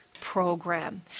program